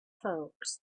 folks